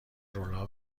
لورا